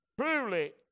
Truly